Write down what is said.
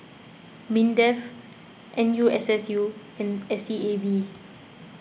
Mindef N U S S U and S E A B